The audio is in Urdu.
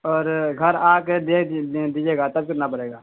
اور گھر آ کے دے دیجیے گا تب کتنا پڑے گا